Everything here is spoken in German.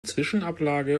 zwischenablage